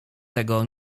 tego